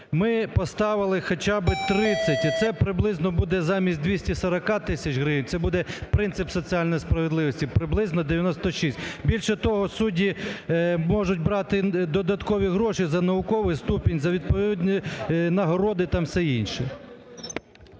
ми поставили хоча би 30, і це приблизно буде замість 240 тисяч гривень, це буде принцип соціальної справедливості, приблизно 96. Більше того, судді можуть брати додаткові гроші за науковий ступінь, за відповідні нагороди там, все інше.